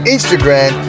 Instagram